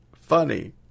funny